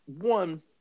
one